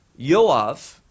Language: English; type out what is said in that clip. Yoav